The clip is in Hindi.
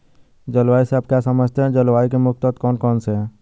जलवायु से आप क्या समझते हैं जलवायु के मुख्य तत्व कौन कौन से हैं?